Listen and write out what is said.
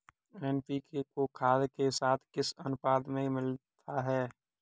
NPK को खाद के साथ किस अनुपात में मिलाते हैं?